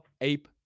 Ape